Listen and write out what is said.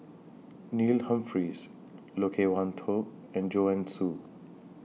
Neil Humphreys Loke Wan Tho and Joanne Soo